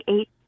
eight